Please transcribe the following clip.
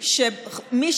בליכוד,